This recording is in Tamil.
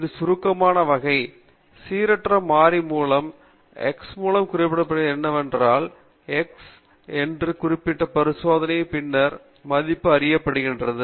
இது ஒரு சுருக்கமான ஒரு வகை சீரற்ற மாறி மூலதன எக்ஸ் மூலம் குறிக்கப்படுகிறது மற்றும் ஒருமுறை அது சிறிய x என பெயரிடப்பட்ட பரிசோதனையின் பின்னர் மதிப்பு அறியப்படுகிறது